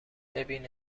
ببین